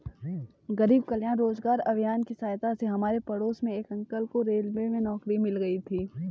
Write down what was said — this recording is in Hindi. गरीब कल्याण रोजगार अभियान की सहायता से हमारे पड़ोस के एक अंकल को रेलवे में नौकरी मिल गई थी